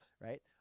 right